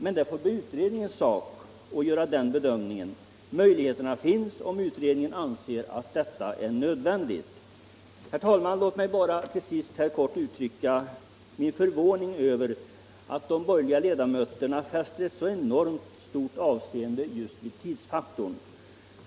Men det får bli utredningens sak att göra den bedömningen. Möjligheterna finns om utredningen anser att detta är nödvändigt. Herr talman! Låt mig bara till sist kort uttrycka min förvåning över att de borgerliga ledamöterna fäster så enormt stort avseende vid tidsfaktorn.